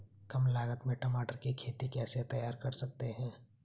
कम लागत में टमाटर की खेती कैसे तैयार कर सकते हैं?